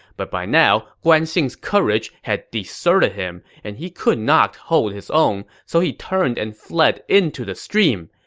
but by now, guan xing's courage had deserted him, and he could not hold his own, so he turned and fled into the stream.